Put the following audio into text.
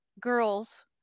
girls